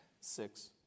Six